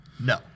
no